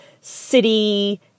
city